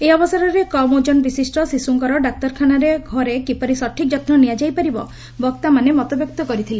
ଏହି ଅବସରରେ କମ୍ ଓଜନ ବିଶିଷ୍ ଶିଶୁଙ୍କର ଡାକ୍ତରଖାନାରେ ଓ ଘରେ କିପରି ସଠିକ୍ ଯତ୍ନ ନିଆଯାଇ ପାରିବ ବକ୍ତାମାନେ ମତବ୍ୟକ୍ତ କରିଥିଲେ